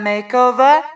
Makeover